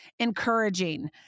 encouraging